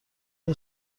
این